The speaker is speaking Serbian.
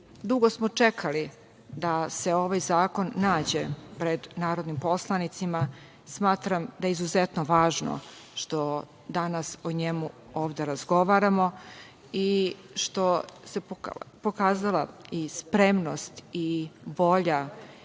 smo čekali da se ovaj zakon nađe pred narodnim poslanicima. Smatram da je izuzetno važno što danas o njemu ovde razgovaramo i što se pokazala i spremnost i volja